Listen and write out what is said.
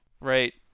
right